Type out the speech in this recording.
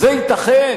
זה ייתכן?